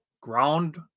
ground